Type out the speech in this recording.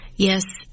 Yes